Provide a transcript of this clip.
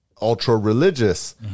ultra-religious